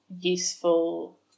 useful